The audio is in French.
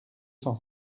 cent